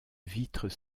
vitres